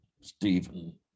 Stephen